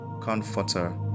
comforter